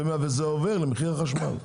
וזה עובר למחיר החשמל.